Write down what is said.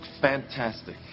fantastic